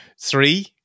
three